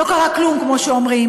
לא קרה כלום, כמו שאומרים.